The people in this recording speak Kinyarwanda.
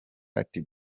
ati